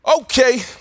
Okay